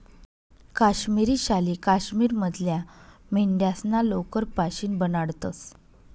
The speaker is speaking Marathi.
काश्मिरी शाली काश्मीर मधल्या मेंढ्यास्ना लोकर पाशीन बनाडतंस